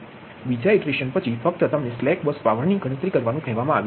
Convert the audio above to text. બીજા ઇટરેશન પછી ફક્ત તમને સ્લેક બસ પાવરની ગણતરી કરવાનું કહેવામાં આવ્યું છે